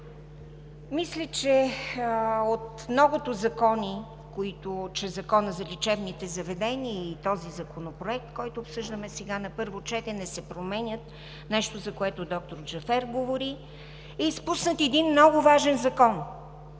Мисля, че от многото закони, които чрез Закона за лечебните заведения, и този законопроект, който обсъждаме сега на първо четене, се променят, нещо, за което доктор Джафер говори, е изпуснат един много важен закон